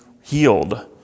healed